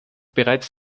bereits